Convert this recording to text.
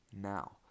Now